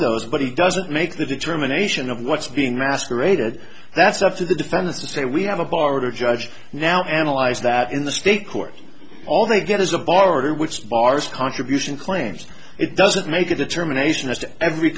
those but he doesn't make the determination of what's being masqueraded that's up to the defendants to say we have a bar to judge now analyze that in the state court all they get is a border which bars contribution claims it doesn't make a determination as to every